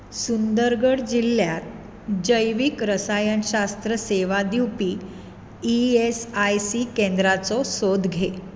सुंदरगड जिल्ल्यांत जैवीक रसायनशास्त्र सेवा दिवपी ई एस आय सी केंद्रांचो सोद घे